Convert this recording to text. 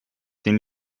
den